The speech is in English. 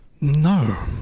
No